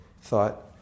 thought